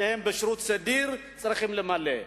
שהם בשירות סדיר צריכים למלא.